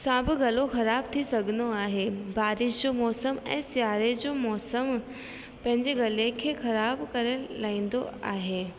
सां बि गलो ख़राबु थी सघंदो आहे बारिश जो मौसम ऐं सियारे जो मौसमु पंहिंजे गले खे ख़राबु करे लाईंदो आहे